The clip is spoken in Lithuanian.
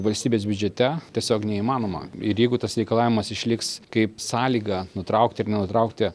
valstybės biudžete tiesiog neįmanoma ir jeigu tas reikalavimas išliks kaip sąlygą nutraukti ar nutraukti